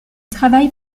travaille